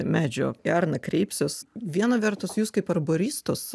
medžio į arną kreipsiuos viena vertus jus kaip arboristus